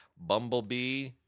Bumblebee